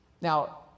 Now